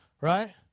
Right